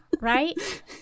Right